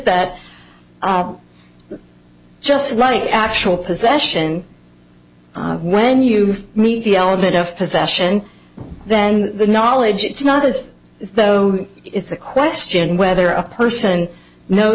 that just like actual possession when you meet the element of possession then the knowledge it's not as though it's a question whether a person kno